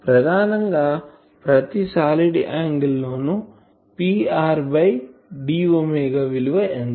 ప్రదానం గా ప్రతి సాలిడ్ యాంగిల్ లో Pr బై d విలువ ఎంత